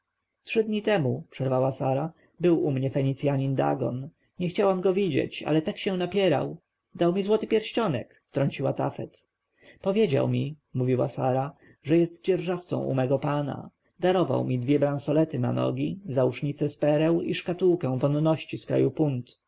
trzy dni temu przerwała sara był u mnie fenicjanin dagon nie chciałam go widzieć ale tak się napierał dał mi złoty pierścionek wtrąciła tafet powiedział mi mówiła sara że jest dzierżawcą u mego pana darował mi dwie bransolety na nogi zausznice z pereł i szkatułkę wonności z kraju